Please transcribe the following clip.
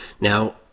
Now